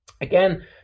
again